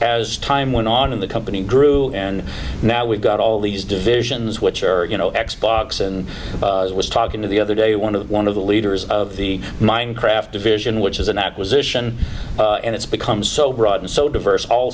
as time went on in the company grew and now we've got all these divisions which are you know x box and was talking to the other day one of one of the leaders of the minecraft division which is an acquisition and it's become so broad and so diverse all